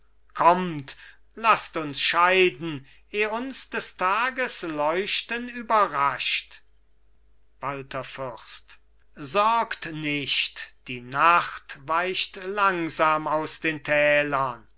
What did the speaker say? kommt lasst uns scheiden eh uns des tages leuchten überrascht walther fürst sorgt nicht die nacht weicht langsam aus den tälern